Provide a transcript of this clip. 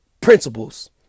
principles